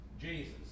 Jesus